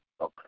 Okay